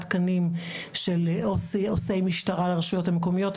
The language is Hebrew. תקנים של עו"סי משטרה לרשויות המקומיות.